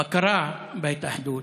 הבקרה בהתאחדות,